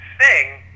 sing